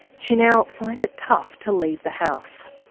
she now finds it tough to leave the house.